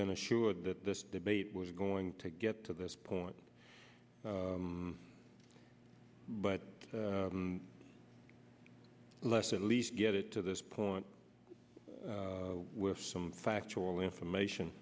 been assured that this debate was going to get to this point but less at least get it to this point with some factual information